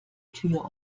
tür